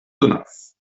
donas